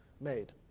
made